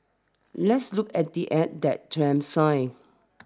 let's look at the act that Trump signed